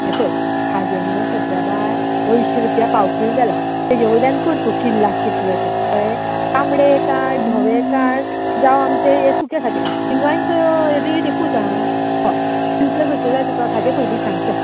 यें पळय खाजें मगो सद्द्या बाय अंयशीं रुपया पाव कील जालां ताज्या वयल्यान कर तूं किल्लाक कितले ते कायें तांबडे काड धवें काड जावं आमचें हें सुकें खाजें काड तिगांयचो रेट एकूच आ हय हितुतलें खंयचें जाय तुका खाजें पयली सांग चल